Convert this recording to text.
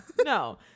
No